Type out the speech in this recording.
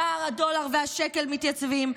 שער הדולר והשקל מתייצבים,